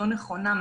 לא נכונה,